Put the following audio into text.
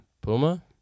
Puma